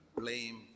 blame